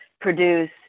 produce